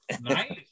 Nice